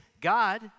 God